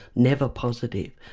never positive.